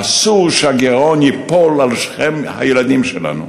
אסור שהגירעון ייפול על שכם הילדים שלנו.